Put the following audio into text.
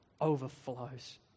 overflows